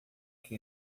que